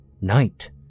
Night